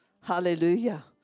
Hallelujah